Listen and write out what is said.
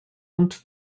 und